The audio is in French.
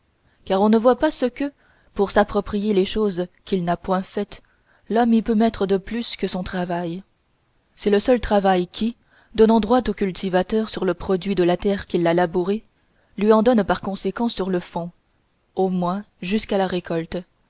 car on ne voit pas ce que pour s'approprier les choses qu'il n'a point faites l'homme y peut mettre de plus que son travail c'est le seul travail qui donnant droit au cultivateur sur le produit de la terre qu'il a labourée lui en donne par conséquent sur le fonds au moins jusqu'à la récolte